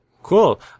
Cool